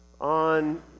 on